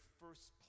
first